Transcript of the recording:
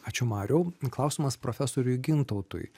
ačiū mariau klausimas profesoriui gintautui